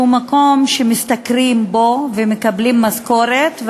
שהוא מקום שמשתכרים בו ומקבלים משכורת,